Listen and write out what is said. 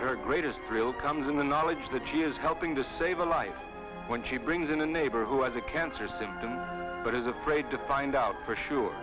her greatest thrill comes in the knowledge that she is helping to save a life when she brings in a neighbor who has a cancer symptom but is afraid to find out for sure